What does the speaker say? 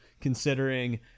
considering